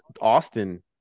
Austin